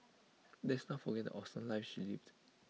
let's not forget the awesome life she lived